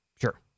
Sure